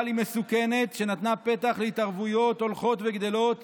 אבל היא מסוכנת ונתנה פתח להתערבויות הולכות וגדולות